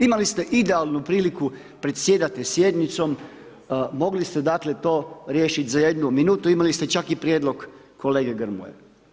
Imali ste idealnu priliku, predsjedate sjednicom, mogli ste dakle, to riješiti za 1 min, imali ste čak i prijedlog kolege Grmoja.